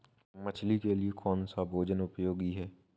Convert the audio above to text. मछली के लिए कौन सा भोजन उपयोगी है?